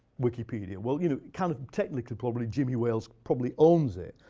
wikipedia? well, you know, kind of technically probably jimmy wales probably owns it.